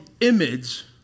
image